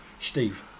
Steve